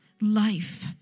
life